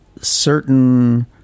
certain